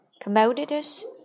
commodities